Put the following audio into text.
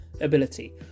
ability